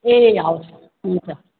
ए हवस् हुन्छ